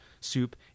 soup